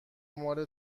مال